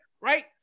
right